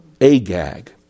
Agag